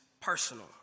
personal